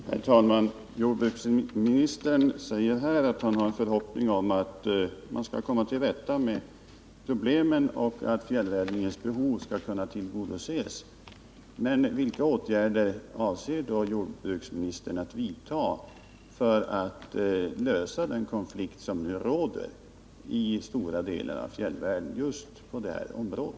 Herr talman! Jordbruksministern säger att han har förhoppning om att man skall komma till rätta med problemen och att fjällräddningens behov skall kunna tillgodoses. Men vilka åtgärder avser då jordbruksministern att vidta för att lösa den konflikt som nu råder i stora delar av fjällvärlden just på detta område?